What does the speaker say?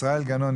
ישראל גנון,